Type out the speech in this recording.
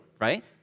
right